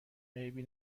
عیبی